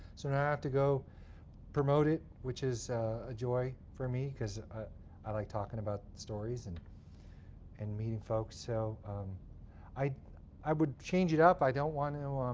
so now i have to go promote it, which is a joy for me. because i like talking about stories and and meeting folks. so i i would change it up. i don't want to um